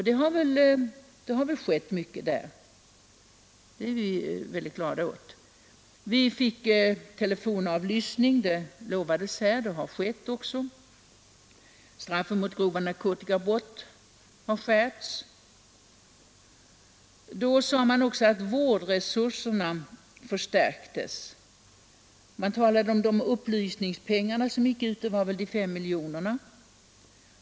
Det har väl skett mycket därvidlag, och det är vi väldigt glada åt. Telefonavlyssning lovades och har även genomförts. Straffen mot grova narkotikabrott har skärpts. Då sade man också att vårdresurserna förstärktes. Man talade om de upplysningspengar som gick ut — det var väl de 5 miljonerna.